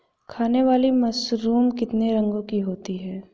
खाने वाली मशरूम कितने रंगों की होती है?